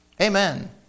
Amen